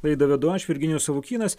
laidą vedu aš virginijus savukynas